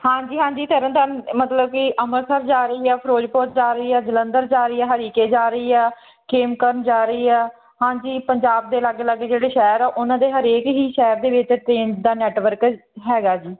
ਹਾਂਜੀ ਹਾਂਜੀ ਤਰਨ ਤਾਰਨ ਮਤਲਬ ਕਿ ਅੰਮ੍ਰਿਤਸਰ ਜਾ ਰਹੀ ਹੈ ਫਿਰੋਜ਼ਪੁਰ ਜਾ ਰਹੀ ਆ ਜਲੰਧਰ ਜਾ ਰਹੀ ਆ ਹਰੀਕੇ ਜਾ ਰਹੀ ਆ ਖੇਮਕਰਨ ਜਾ ਰਹੀ ਆ ਹਾਂਜੀ ਪੰਜਾਬ ਦੇ ਅਲੱਗ ਅਲੱਗ ਜਿਹੜੇ ਸ਼ਹਿਰ ਆ ਉਹਨਾਂ ਦੇ ਹਰੇਕ ਹੀ ਸ਼ਹਿਰ ਦੇ ਵਿੱਚ ਟਰੇਨ ਦਾ ਨੈਟਵਰਕ ਹੈਗਾ ਜੀ